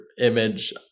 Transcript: image